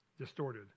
distorted